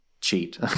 cheat